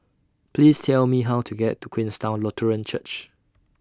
Please Tell Me How to get to Queenstown Lutheran Church